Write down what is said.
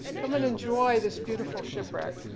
come and enjoy this beautiful shipwreck.